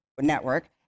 Network